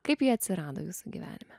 kaip ji atsirado jūsų gyvenime